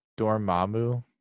Dormammu